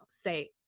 say